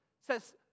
says